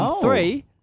three